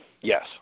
Yes